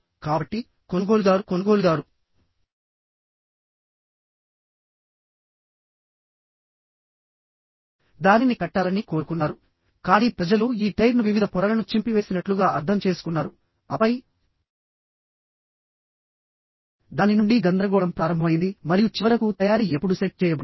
కాబట్టి కొనుగోలుదారు కొనుగోలుదారు దానిని కట్టాలని కోరుకున్నారు కానీ ప్రజలు ఈ టైర్ను వివిధ పొరలను చింపివేసినట్లుగా అర్థం చేసుకున్నారు ఆపై దాని నుండి గందరగోళం ప్రారంభమైంది మరియు చివరకు తయారీ ఎప్పుడు సెట్ చేయబడింది